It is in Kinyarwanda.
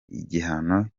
igihano